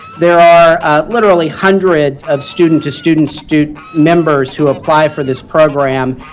there are literally hundreds of student to student student members who apply for this program,